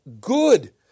good